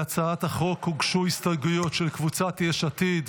להצעת החוק הוגשו הסתייגויות של קבוצת יש עתיד,